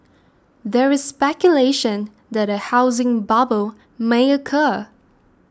there is speculation that a housing bubble may occur